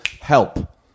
help